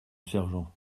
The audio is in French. sergent